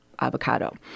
avocado